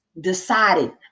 decided